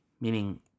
meaning